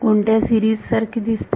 कोणत्या सिरीज सारखी दिसते